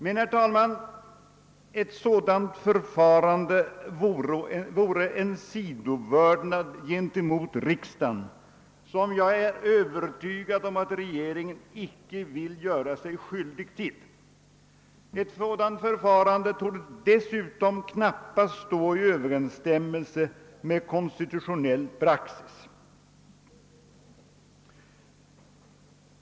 Men, herr talman, ett sådant förfarande vore att visa en sidovördnad gentemot riksda gen som jag är övertygad om att regeringen inte vill göra sig skyldig till. Det torde dessutom knappast stå i överensstämmelse med konstitutionell praxis.